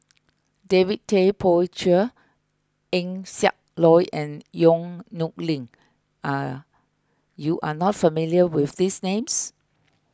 David Tay Poey Cher Eng Siak Loy and Yong Nyuk Lin you are not familiar with these names